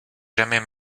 jamais